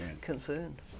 concerned